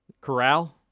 Corral